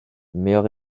meilleur